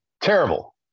Terrible